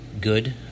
good